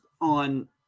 on